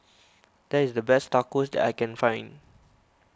this is the best Tacos that I can find